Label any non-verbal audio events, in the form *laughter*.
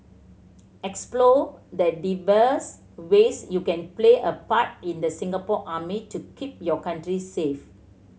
explore the *unintelligible* ways you can play a part in the Singapore Army to keep your country safe